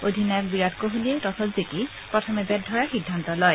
অধিনায়ক বিৰাট কোহলিয়ে টছত জিকি প্ৰথমে বেট ধৰাৰ সিদ্ধান্ত লয়